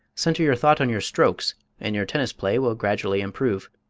center your thought on your strokes and your tennis play will gradually improve.